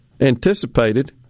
anticipated